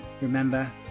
remember